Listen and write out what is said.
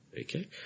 Okay